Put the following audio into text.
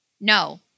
no